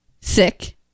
sick